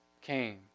came